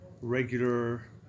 regular